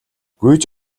гүйж